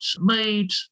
made